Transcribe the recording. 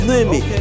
Limit